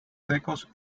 secos